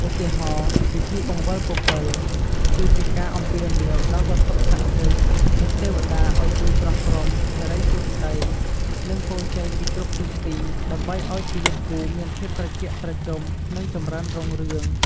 ឧទាហរណ៍ ពិធីបង្វិលពពិល គឺជាការអំពាវនាវដល់វត្ថុស័ក្តិសិទ្ធិ និងទេវតាឱ្យជួយប្រោះព្រំសិរីសួស្តី និងពរជ័យពីគ្រប់ទិសទី ដើម្បីឱ្យជីវិតគូមានភាពត្រជាក់ត្រជុំ និងចម្រើនរុងរឿង។